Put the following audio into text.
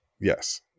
Yes